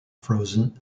frozen